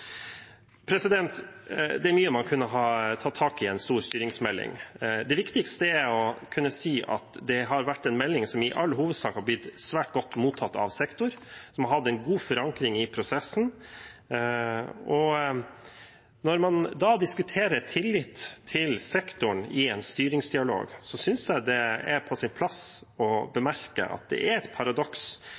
Det er mye man kunne ha tatt tak i en stor styringsmelding. Det viktigste er å kunne si at det har vært en melding som i all hovedsak har blitt svært godt mottatt av sektoren, og som har hatt en god forankring i prosessen. Når man da diskuterer tillit til sektoren i en styringsdialog, synes jeg det er på sin plass å bemerke at det er et paradoks